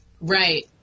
Right